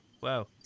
Wow